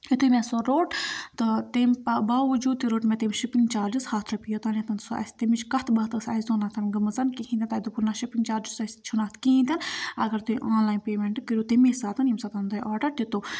یُتھُے مےٚ سُہ روٚٹ تہٕ تٔمۍ پہ باوجوٗد تہِ روٚٹ مےٚ تٔمۍ شِپِنٛگ چارجِز ہَتھ رۄپیہِ یوٚتانٮ۪تھ سُہ اَسہِ کَتھ باتھ ٲس اَسہِ دوٚنَتھ گٔمٕژ کِہیٖنۍ نہٕ تَتہِ دوٚپُکھ نہ شِپِنٛگ چارجِز اَسہِ چھِنہٕ اَتھ کِہیٖنۍ تہِ نہٕ اگر تُہۍ آن لاین پیمٮ۪نٛٹ کٔرِو تَمی ساتَن ییٚمہِ ساتَن تۄہہِ آڈَر دِتُو